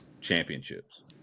championships